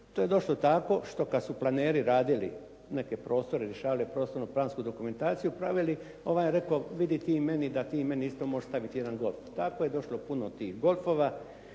To je došlo tako što kada su planeri radili neke prostore, rješavali prostornu plansku dokumentaciju, pravili ovaj je rekao vidi ti meni isto možeš staviti jedan golf. Tako je došlo puno tih golfova